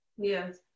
Yes